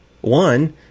One